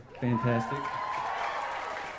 fantastic